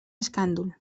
escàndol